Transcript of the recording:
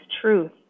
truth